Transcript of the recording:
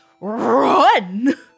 Run